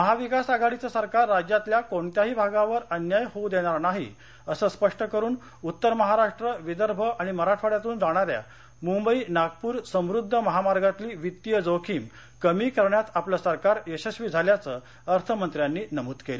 महाविकास आघाडीचं सरकार राज्यातल्या कोणत्याही भागावर अन्याय होऊ देणार नाही असं स्पष्ट करून उत्तर महाराष्ट्र विदर्भ आणि मराठवाङ्यातून जाणाऱ्या मुंबई नागपूर समुद्दी महामार्गातली वित्तीय जोखीम कमी करण्यात आपलं सरकार यशस्वी झाल्याचं अर्थमंत्र्यांनी नमूद केलं